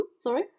Sorry